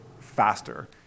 faster